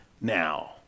now